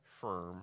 firm